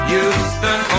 Houston